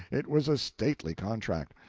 it was a stately contract.